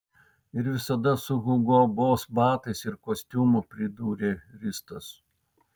ir visada su hugo boss batais ir kostiumu pridūrė ristas